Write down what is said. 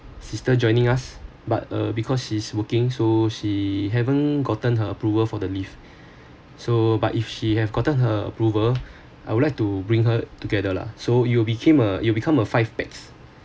sister joining us but uh because she's working so she haven't gotten her approval for the leave so but if she have gotten her approval I would like to bring her together lah so I will became a it will become a five pax